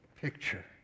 picture